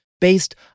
based